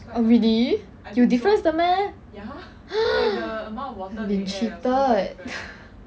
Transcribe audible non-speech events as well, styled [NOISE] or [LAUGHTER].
oh really 有 difference 的 meh [BREATH] I've been cheated [LAUGHS]